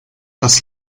das